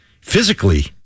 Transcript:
Physically